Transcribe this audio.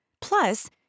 Plus